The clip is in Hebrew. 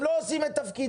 הם לא עושים את תפקידם,